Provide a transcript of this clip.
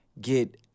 get